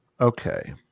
Okay